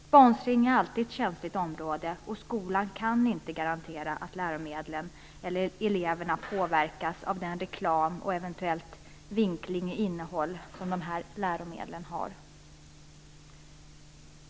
Sponsring är alltid ett känsligt område, och skolan kan inte garantera att läromedlen eller eleverna inte påverkas av den reklam och eventuella vinkling av innehållet som de här läromedlen har.